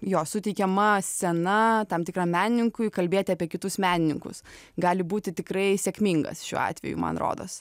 jo suteikiama scena tam tikram menininkui kalbėti apie kitus menininkus gali būti tikrai sėkmingas šiuo atveju man rodos